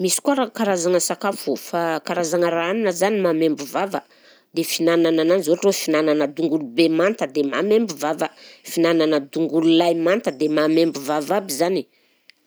Misy koa raha karazana sakafo, fa-karazagna raha hanina zany mahamaimbo vava, dia fihinanana ananjy ohatra hoe fihinanana tongolo be manta dia mahamaimbo vava, fihinanana tongolo lay manta dia mahamaimbo vava aby zany